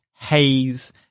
haze